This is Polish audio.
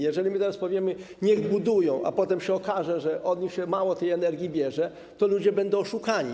Jeżeli teraz powiemy: niech budują, a potem się okaże, że od nich się mało tej energii bierze, to ludzi będą oszukani.